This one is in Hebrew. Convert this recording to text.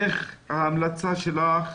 איך ההמלצה שלך?